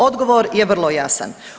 Odgovor je vrlo jasan.